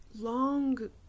long